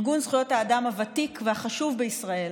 ארגון זכויות האדם הוותיק והחשוב בישראל,